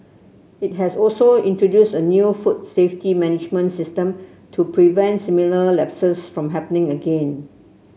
it has also introduced a new food safety management system to prevent similar lapses from happening again